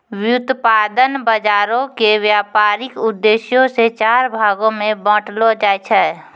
व्युत्पादन बजारो के व्यपारिक उद्देश्यो से चार भागो मे बांटलो जाय छै